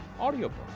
audiobook